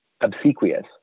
obsequious